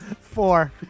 four